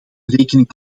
rekening